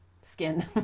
skin